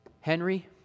Henry